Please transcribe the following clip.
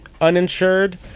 uninsured